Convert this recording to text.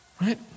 Right